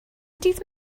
dydd